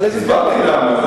על איזה, הסברתי למה.